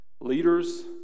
Leaders